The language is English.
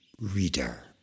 reader